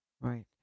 Right